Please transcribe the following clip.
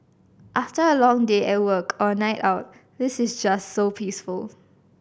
after a long day at work or a night out this is just so peaceful